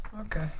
Okay